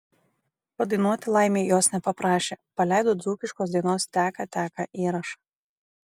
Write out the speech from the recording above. padainuoti laimei jos nepaprašė paleido dzūkiškos dainos teka teka įrašą